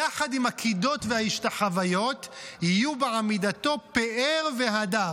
יחד עם הקידות והשתחוויות יהיו בעמידתו פאר והדר.